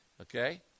Okay